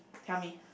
tell me